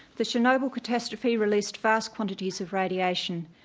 the chernobyl catastrophe released vast quantities of radiation,